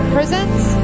Prisons